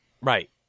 Right